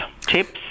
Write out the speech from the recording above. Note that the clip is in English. tips